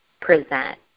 present